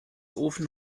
ofen